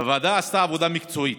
הוועדה עשתה עבודה מקצועית.